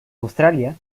australia